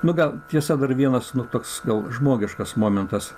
nu gal tiesa dar vienas toks žmogiškas momentas